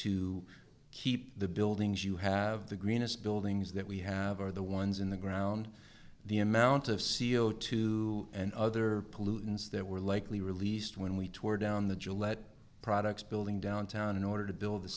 to keep the buildings you have the greenest buildings that we have are the ones in the ground the amount of c o two and other pollutants that we're likely released when we tore down the gillette products building downtown in order to build the